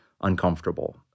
uncomfortable